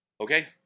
Okay